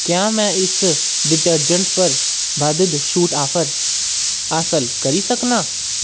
क्या में इस डिटर्जैंटें पर कोई बा'द्धू छूट ऑफर हासल करी सकनां